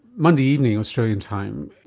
monday evening, australian time,